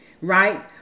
right